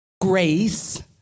grace